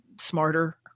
smarter